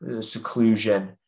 seclusion